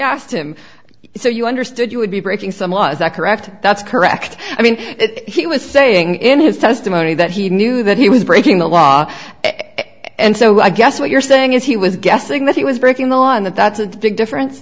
asked him is so you understood you would be breaking some law is that correct that's correct i mean he was saying in his testimony that he knew that he was breaking the law and so i guess what you're saying is he was guessing that he was breaking the law and that's a big differen